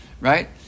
Right